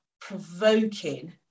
provoking